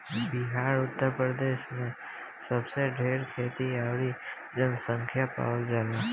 बिहार उतर प्रदेश मे सबसे ढेर खेती अउरी जनसँख्या पावल जाला